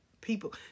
people